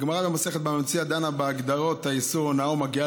הגמרה במסכת בבא מציעא דנה בהגדרות איסור הונאה ומגיעה